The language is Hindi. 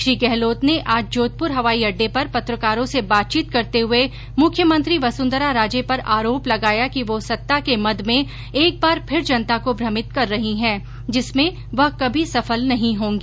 श्री गहलोत ने आज जोधपुर हवाई अड्डे पर पत्रकारों से बातचीत करते हुये मुख्यमंत्री वसुंधरा राजे पर आरोप लगाया कि वह सत्ता के मद में एक बार फिर जनता को भ्रमित कर रही है जिसमें वह कभी सफल नहीं होंगी